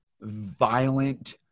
violent